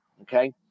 okay